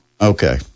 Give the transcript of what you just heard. Okay